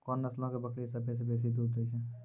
कोन नस्लो के बकरी सभ्भे से बेसी दूध दै छै?